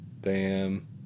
Bam